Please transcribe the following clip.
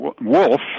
Wolf